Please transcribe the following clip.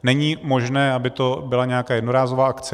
Není možné, aby to byla nějaká jednorázová akce.